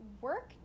work